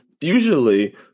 usually